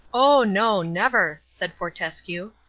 oh no, never, said fortescue.